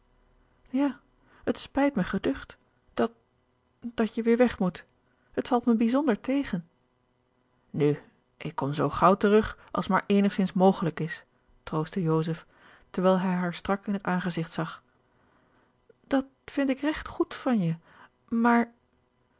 ja het spijt mij geducht dat dat je weêr weg moet het valt mij bijzonder tegen george een ongeluksvogel nu ik kom zoo gaauw terug als maar eenigzins mogelijk is troostte joseph terwijl hij haar strak in het aangezigt zag dat vind ik regt goed van je maar